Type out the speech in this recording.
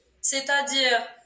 C'est-à-dire